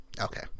Okay